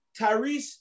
Tyrese